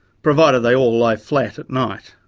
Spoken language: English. provided they all lie flat at night.